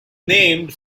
named